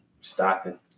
Stockton